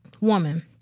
woman